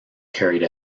carried